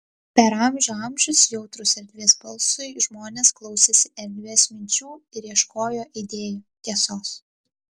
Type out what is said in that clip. per amžių amžius jautrūs erdvės balsui žmonės klausėsi erdvės minčių ir ieškojo idėjų tiesos